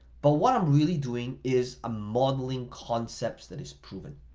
but what i'm really doing is a modeling concept that is proven,